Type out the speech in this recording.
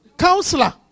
Counselor